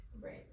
Right